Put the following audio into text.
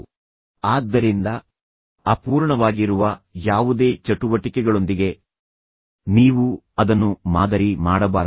ಆದ್ದರಿಂದ ನೀವು ನಿಜವಾಗಿಯೂ ವ್ಯಸನಕಾರಿ ಅಭ್ಯಾಸಗಳಿಂದ ಮೆದುಳನ್ನು ಮುಕ್ತಗೊಳಿಸಲು ಬಯಸಿದರೆ ಅಪೂರ್ಣವಾಗಿರುವ ಯಾವುದೇ ಚಟುವಟಿಕೆಗಳೊಂದಿಗೆ ನೀವು ಅದನ್ನು ಮಾದರಿ ಮಾಡಬಾರದು